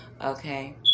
Okay